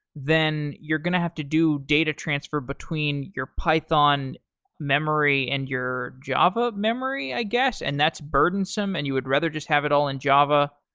then you're going to have to do data transfer between your python memory and your java memory, i guess. and that's burdensome and you would rather just have it all in java,